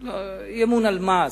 אי-אמון על מה?